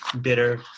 bitter